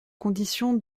condition